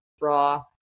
raw